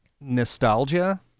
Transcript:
nostalgia